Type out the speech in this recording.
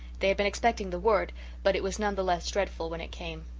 they had been expecting the word but it was none the less dreadful when it came.